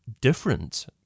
different